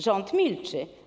Rząd milczy.